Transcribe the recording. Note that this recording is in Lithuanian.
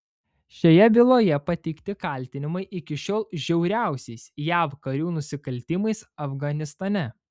šioje byloje pateikti kaltinimai iki šiol žiauriausiais jav karių nusikaltimais afganistane